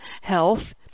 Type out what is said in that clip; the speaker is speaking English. health